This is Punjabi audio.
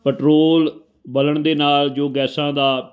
ਪੈਟਰੋਲ ਬਲਣ ਦੇ ਨਾਲ ਜੋ ਗੈਸਾਂ ਦਾ